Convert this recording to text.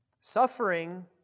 Suffering